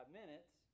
minutes